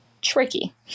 tricky